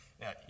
Now